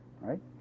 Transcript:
right